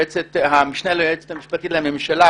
המשנה ליועץ המשפטי לממשלה,